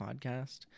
podcast